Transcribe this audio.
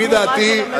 לפי דעתי,